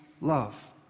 love